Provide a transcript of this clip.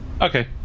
Okay